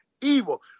evil